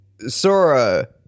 Sora